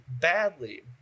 badly